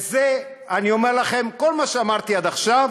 אני אומר לכם, כל מה שאמרתי עד עכשיו